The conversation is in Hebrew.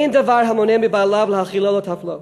אין דבר המונע מבעליו להאכילו ולטפל בו.